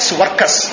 workers